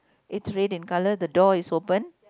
it's red in color the door is open